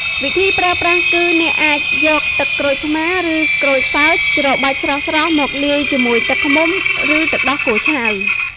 វិធីប្រើប្រាស់គឺ អ្នកអាចយកទឹកក្រូចឆ្មារ ឬក្រូចសើចច្របាច់ស្រស់ៗមកលាយជាមួយទឹកឃ្មុំ ឬទឹកដោះគោឆៅ។